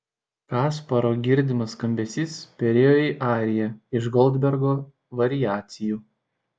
kasparo girdimas skambesys perėjo į ariją iš goldbergo variacijų